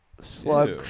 slug